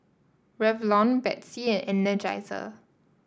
Revlon Betsy and Energizer